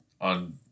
on